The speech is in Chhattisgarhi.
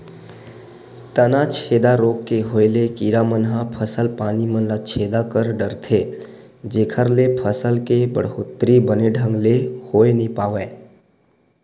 तनाछेदा रोग के होय ले कीरा मन ह फसल पानी मन ल छेदा कर डरथे जेखर ले फसल के बड़होत्तरी बने ढंग ले होय नइ पावय